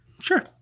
Sure